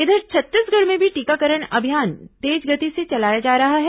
इधर छत्तीसगढ में भी टीकाकरण अभियान तेज गति से चलाया जा रहा है